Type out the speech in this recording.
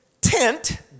tent